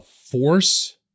force